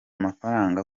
mafaranga